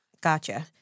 Gotcha